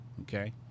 okay